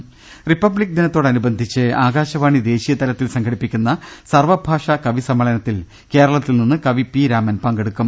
രുമ്പ്ട്ട്ടറും republic ദിനത്തോടനുബന്ധിച്ച് ആകാശവാണി ദേശീയ തലത്തിൽ സം ഘടിപ്പിക്കുന്ന സർവ്വഭാഷാ കവിസമ്മേളനത്തിൽ കേരളത്തിൽ നിന്ന് കവി പി രാമൻ പങ്കെടുക്കും